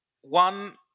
One